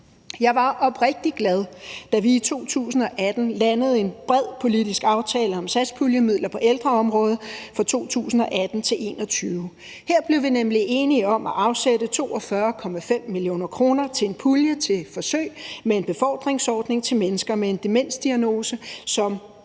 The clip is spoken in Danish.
Jeg var oprigtig glad, da vi i 2018 landede en bred politisk aftale om satspuljemidler på ældreområdet for 2018-2021. Her blev vi nemlig enige om at afsætte 42,5 mio. kr. til en pulje til et forsøg med en befordringsordning til mennesker med en demensdiagnose, som